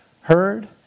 heard